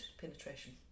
penetration